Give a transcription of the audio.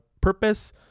purpose